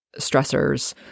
stressors